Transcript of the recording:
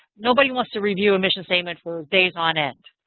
nobody wants to review mission statement for days on end.